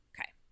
Okay